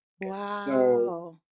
Wow